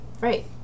Right